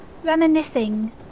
Reminiscing